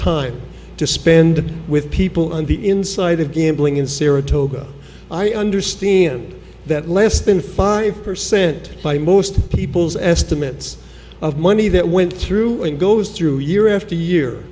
time to spend with people on the inside of gambling in saratoga i understand that less than five percent by most people's estimates of money that went through and goes through year after year